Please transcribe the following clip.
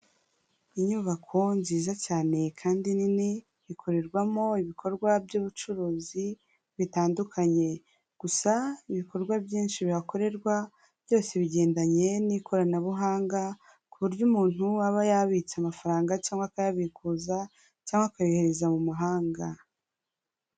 Inyubako nziza cyane kandi nini ikorerwamo ibikorwa by'ubucuruzi bitandukanye, gusa ibikorwa byinshi bihakorerwa byose bigendanye n'ikoranabuhanga, ku buryo umuntu aba yabitsa amafaranga cyangwa akayabikuza cyangwa akayohereza mu mahanga.